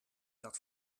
dat